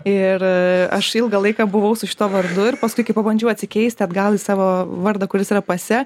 ir aš ilgą laiką buvau su šituo vardu ir paskui kai pabandžiau atsikeisti atgal į savo vardą kuris yra pase